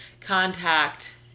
contact